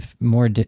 more